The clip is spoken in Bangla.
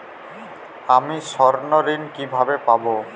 আমি স্বর্ণঋণ কিভাবে পাবো?